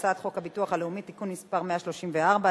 הצעת חוק הביטוח הלאומי (תיקון מס' 134),